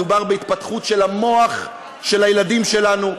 מדובר בהתפתחות של המוח של הילדים שלנו,